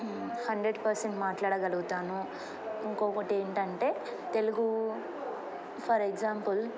hundred percent మాట్లాడగలుగుతాను ఇంకొకటి ఏంటంటే తెలుగు ఫర్ ఎగ్జాంపుల్